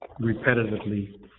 repetitively